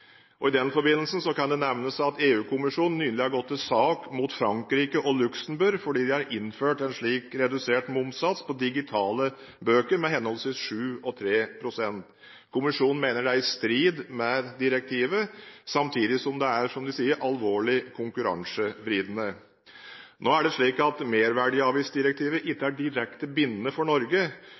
I den forbindelse kan det nevnes at EU-kommisjonen nylig har gått til sak mot Frankrike og Luxemburg fordi de har innført en slik redusert momssats på digitale bøker, på henholdsvis 7 pst. og 3 pst. Kommisjonen mener det er i strid med direktivet, samtidig som det er, som de sier, alvorlig konkurransevridende. Merverdiavgiftsdirektivet er ikke direkte bindende for Norge.